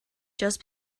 just